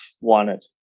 wanted